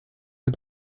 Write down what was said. der